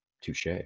Touche